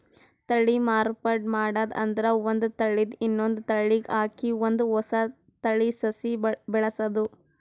ತಳಿ ಮಾರ್ಪಾಡ್ ಮಾಡದ್ ಅಂದ್ರ ಒಂದ್ ತಳಿದ್ ಇನ್ನೊಂದ್ ತಳಿಗ್ ಹಾಕಿ ಒಂದ್ ಹೊಸ ತಳಿ ಸಸಿ ಬೆಳಸದು